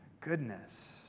goodness